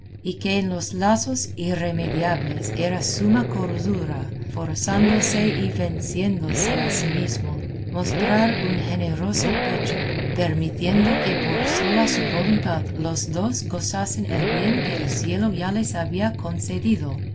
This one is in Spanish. y que en los lazos inremediables era suma cordura forzándose y venciéndose a sí mismo mostrar un generoso pecho permitiendo que por sola su voluntad los dos gozasen el bien que el cielo ya les había concedido